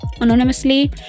anonymously